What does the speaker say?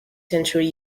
century